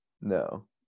No